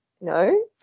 No